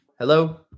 hello